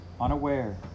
unaware